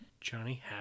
Johnny